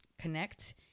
connect